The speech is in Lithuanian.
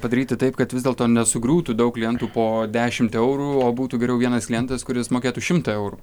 padaryti taip kad vis dėlto nesugriūtų daug klientų po dešimt eurų o būtų geriau vienas klientas kuris mokėtų šimtą eurų